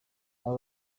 aba